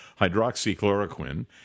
hydroxychloroquine